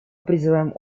призываем